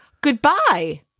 goodbye